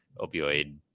opioid